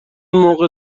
موقع